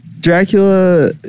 Dracula